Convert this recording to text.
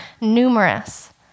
numerous